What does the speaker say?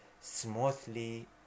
smoothly